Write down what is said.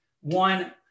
One